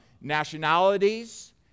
nationalities